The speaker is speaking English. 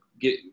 get